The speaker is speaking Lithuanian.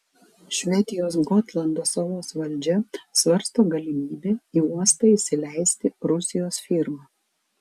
švedijos gotlando salos valdžia svarsto galimybę į uostą įsileisti rusijos firmą